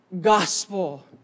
gospel